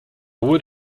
would